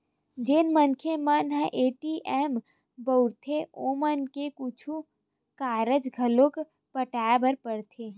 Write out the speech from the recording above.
जेन मनखे मन ह ए.टी.एम बउरथे ओमन ल कुछु चारज घलोक पटाय बर परथे